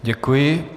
Děkuji.